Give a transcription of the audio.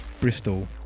Bristol